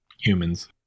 humans